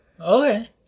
okay